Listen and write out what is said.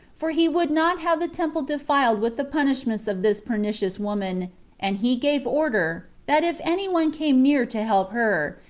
for he would not have the temple defiled with the punishments of this pernicious woman and he gave order, that if any one came near to help her,